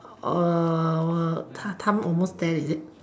time time almost there is it